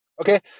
Okay